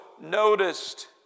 noticed